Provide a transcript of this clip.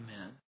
amen